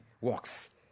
works